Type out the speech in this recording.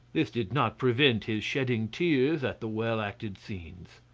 this did not prevent his shedding tears at the well-acted scenes.